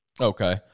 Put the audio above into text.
Okay